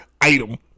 item